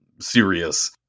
serious